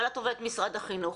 אבל את עובדת משרד החינוך.